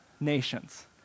nations